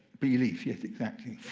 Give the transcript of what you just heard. belief. yes, exactly.